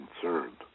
concerned